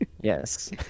Yes